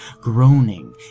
groaning